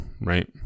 right